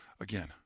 again